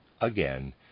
again